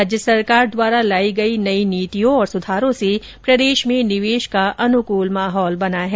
राज्य सरकार द्वारा लाई गई नई नीतियों और सुधारों से प्रदेश में निवेश को अनुकल माहौल बना है